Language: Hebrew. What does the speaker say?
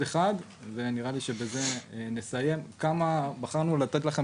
אנחנו נסיים בשקף הבא שבו בחרנו לתת לכם